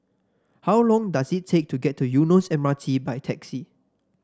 how long does it take to get to Eunos M R T by taxi